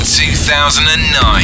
2009